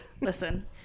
Listen